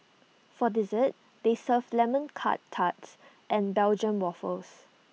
for dessert they serve lemon Curt tarts and Belgium Waffles